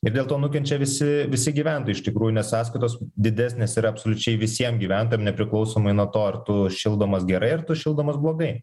dėl to nukenčia visi visi gyventojai iš tikrųjų nes sąskaitos didesnės yra absoliučiai visiem gyventojam nepriklausomai nuo to ar tu šildomas gerai ar tu šildomas blogai